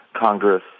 Congress